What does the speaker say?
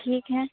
ठीक है